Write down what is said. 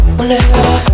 Whenever